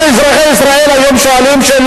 אבל אזרחי ישראל שואלים היום שאלה